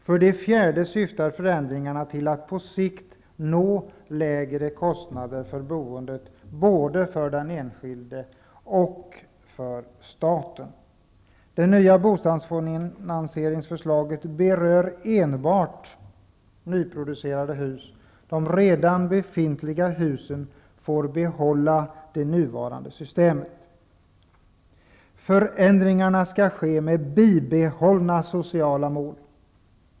För det fjärde syftar förändringarna till att på sikt nå lägre kostnader för boendet både för den enskilde och för staten. Det nya bostadsfinansieringsförslaget gäller enbart nyproducerade hus. De redan befintliga husen får behålla det nuvarande systemet. Förändringarna skall ske med bibehållna sociala mål.